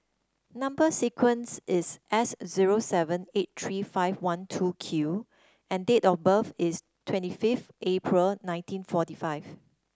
number sequence is S zero seven eight three five one two Q and date of birth is twenty five April nineteen forty five